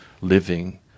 living